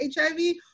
HIV